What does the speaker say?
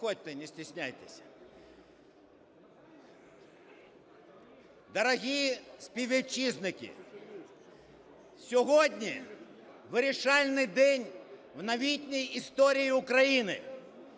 Дорогі співвітчизники, сьогодні вирішальний день в новітній історії України.